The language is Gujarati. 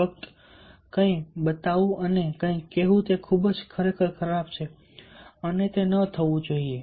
ફક્ત કંઈક બતાવવું અને કહેવું કે તે ખરેખર ખૂબ જ ખરાબ છે અને તે થવું ન જોઈએ